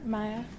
Maya